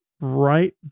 right